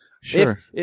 Sure